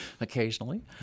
Occasionally